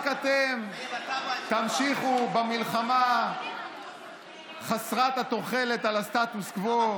רק אתם תמשיכו במלחמה חסרת התוחלת על הסטטוס קוו,